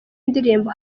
ndirimbo